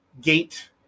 gate